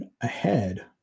ahead